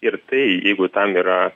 ir tai jeigu tam yra